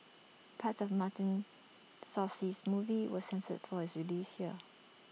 parts of Martin Scorsese's movie was censored for its release here